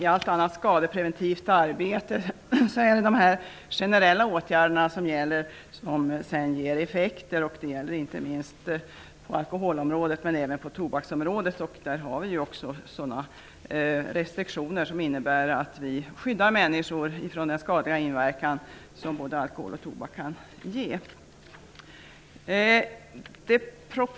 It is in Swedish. I allt annat skadepreventivt arbete är det de generella åtgärderna som ger effekt. Det gäller inte minst på alkoholens och tobakens område. Vi har sådana restriktioner som innebär att vi skyddar människor ifrån den skadliga inverkan som både alkohol och tobak kan ha.